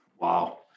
Wow